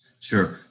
sure